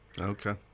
Okay